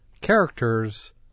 characters